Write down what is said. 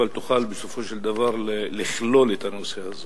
לכלול אותו,